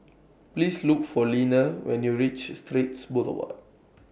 Please Look For Leaner when YOU REACH Straits Boulevard